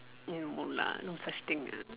no lah no such thing uh